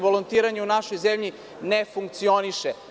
Volontiranje u našoj zemlji ne funkcioniše.